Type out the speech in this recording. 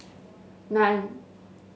nine